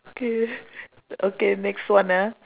okay okay next one ah